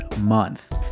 month